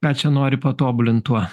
ką čia nori patobulint tuo